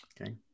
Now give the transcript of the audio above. Okay